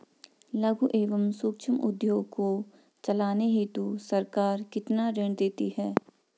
लघु एवं सूक्ष्म उद्योग को चलाने हेतु सरकार कितना ऋण देती है?